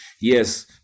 yes